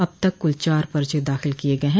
अब तक कुल चार पर्चे दाखिल किये गये हैं